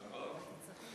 נכון.